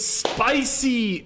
spicy